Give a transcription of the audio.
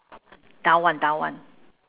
down [one] down [one]